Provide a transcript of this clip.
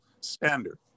standard